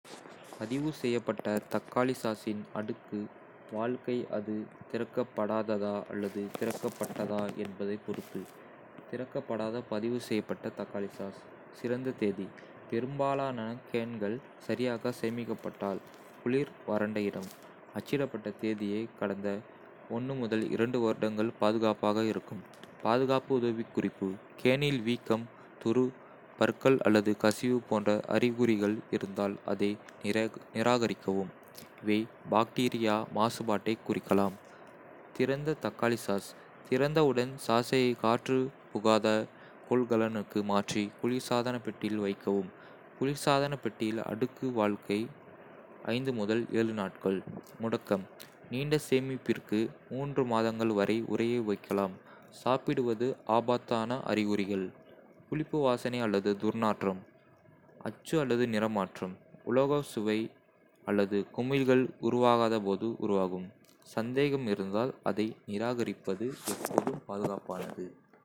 பதிவு செய்யப்பட்ட தக்காளி சாஸின் அடுக்கு வாழ்க்கை அது திறக்கப்படாததா அல்லது திறக்கப்பட்டதா என்பதைப் பொறுத்தது. திறக்கப்படாத பதிவு செய்யப்பட்ட தக்காளி சாஸ்: சிறந்த தேதி: பெரும்பாலான கேன்கள் சரியாக சேமிக்கப்பட்டால் (குளிர், வறண்ட இடம்) அச்சிடப்பட்ட தேதியை கடந்த வருடங்கள் பாதுகாப்பாக இருக்கும். பாதுகாப்பு உதவிக்குறிப்பு கேனில் வீக்கம், துரு, பற்கள் அல்லது கசிவு போன்ற அறிகுறிகள் இருந்தால் அதை நிராகரிக்கவும். இவை பாக்டீரியா மாசுபாட்டைக் குறிக்கலாம். திறந்த தக்காளி சாஸ். திறந்தவுடன், சாஸை காற்று புகாத கொள்கலனுக்கு மாற்றி குளிர்சாதன பெட்டியில் வைக்கவும். குளிர்சாதன பெட்டியில் அடுக்கு வாழ்க்கை நாட்கள். முடக்கம் நீண்ட சேமிப்பிற்கு மாதங்கள் வரை உறைய வைக்கலாம். சாப்பிடுவது ஆபத்தான அறிகுறிகள். புளிப்பு வாசனை அல்லது துர்நாற்றம். அச்சு அல்லது நிறமாற்றம். உலோக சுவை அல்லது குமிழ்கள் உருவாகாத போது உருவாகும். சந்தேகம் இருந்தால், அதை நிராகரிப்பது எப்போதும் பாதுகாப்பானது!